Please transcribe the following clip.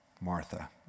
Martha